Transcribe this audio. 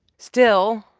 still,